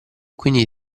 quindi